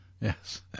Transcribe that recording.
Yes